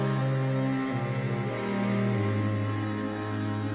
and